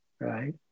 right